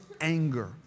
anger